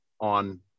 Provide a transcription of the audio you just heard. on